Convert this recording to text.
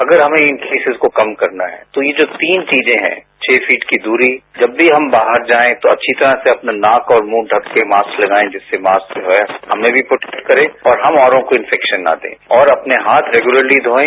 अगर हमें इन केसेज को कम करना है तो ये जो तीन चीजें हैं छह फीट की दूरी जब भी हम बाहर जाएं तो अच्छी तरह से अपना नाक और मुंह ढक के मास्क लगाएं जिससे मास्क जो है हमें भी सुरक्षित करे और हम औरों को इन्फेक्शन न दें और अपने हाथ रेग्युलरली धोएं